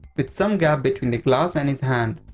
with some gap between the glass and his hand.